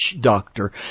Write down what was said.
doctor